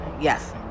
yes